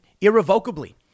irrevocably